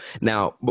Now